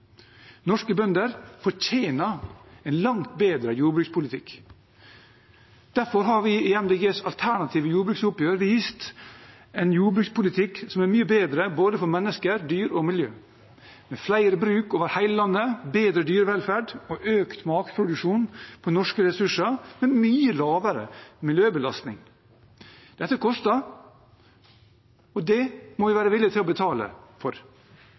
Norske bønder fortjener en langt bedre jordbrukspolitikk. Derfor har vi i Miljøpartiet De Grønnes alternative jordbruksoppgjør vist en jordbrukspolitikk som er mye bedre for både mennesker, dyr og miljø, med flere bruk over hele landet, bedre dyrevelferd og økt matproduksjon på norske ressurser til en mye lavere miljøbelastning. Dette koster, og det må vi være villig til å betale for,